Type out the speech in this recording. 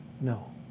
No